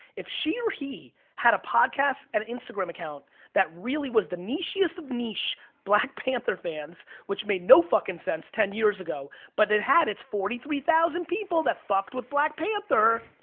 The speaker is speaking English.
if she or he had a podcast and instagram account that really was the nichest of niche black panther fans which made no fucking sense ten years ago, but it had its forty three thousand people that fucked with black panther.